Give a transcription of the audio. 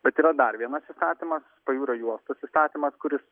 bet yra dar vienas įstatymas pajūrio juostos įstatymas kuris